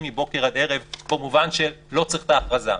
מבוקר עד ערב במובן שלא צריך את ההכרזה.